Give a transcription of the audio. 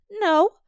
No